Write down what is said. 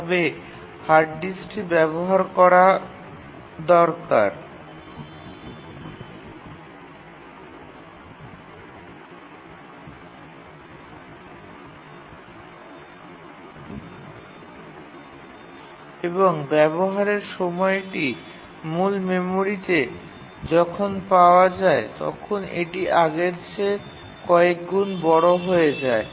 তবে হার্ড ডিস্কটি ব্যাবহার করা দরকার এবং ব্যাবহারের সময়টি মূল মেমরিতে যখন পাওয়া যায় তখন এটি আগের চেয়ে কয়েকগুণ বড় হয়ে যায়